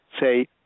say